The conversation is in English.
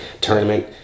tournament